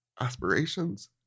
aspirations